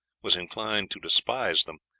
was inclined to despise them,